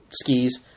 skis